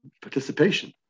participation